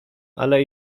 ale